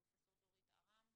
פרופסור דורית ארם.